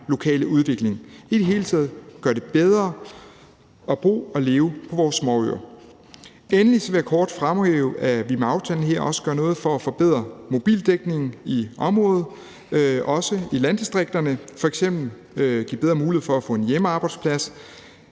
lokale udvikling. Det handler i det hele taget om at gøre det bedre at bo og leve på vores småøer. Endelig vil jeg kort fremhæve, at vi med aftalen her også gør noget for at forbedre mobildækningen i området, også i landdistrikterne, f.eks. give bedre mulighed for at få en hjemmearbejdsplads.